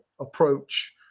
approach